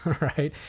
right